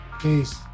Peace